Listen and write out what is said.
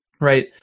right